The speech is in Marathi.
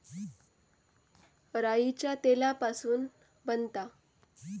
राईच्या तेलापासून बनता